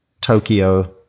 Tokyo